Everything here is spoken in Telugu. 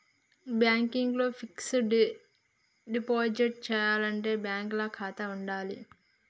బ్యాంక్ ల ఫిక్స్ డ్ డిపాజిట్ చేయాలంటే బ్యాంక్ ల ఖాతా ఉండాల్నా?